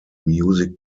music